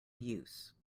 use